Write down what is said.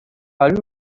are